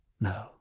No